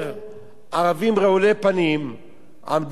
ערבים רעולי פנים עמדו על הגגות